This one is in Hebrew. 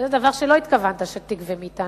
וזה דבר שלא התכוונת שתגבה מאתנו.